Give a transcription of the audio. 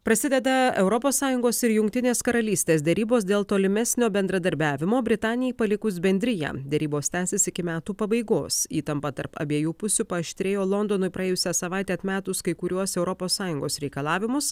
prasideda europos sąjungos ir jungtinės karalystės derybos dėl tolimesnio bendradarbiavimo britanijai palikus bendriją derybos tęsis iki metų pabaigos įtampa tarp abiejų pusių paaštrėjo londonui praėjusią savaitę atmetus kai kuriuos europos sąjungos reikalavimus